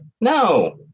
No